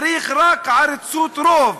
צריך רק עריצות רוב.